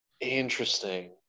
interesting